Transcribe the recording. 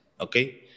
Okay